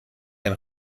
ein